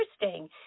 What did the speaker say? interesting